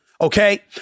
Okay